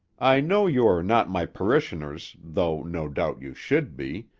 i know you are not my parishioners, though, no doubt, you should be,